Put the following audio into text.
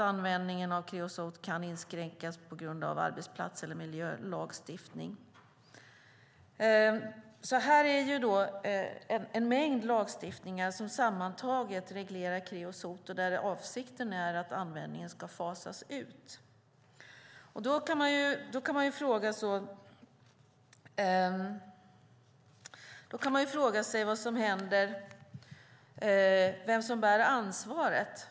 Användningen av kreosot kan också inskränkas på grund av arbetsplats eller miljölagstiftning. Det finns alltså en mängd lagstiftningar som sammantaget reglerar användningen av kreosot. Avsikten är att användningen ska fasas ut. Man kan fråga sig vem som bär ansvaret.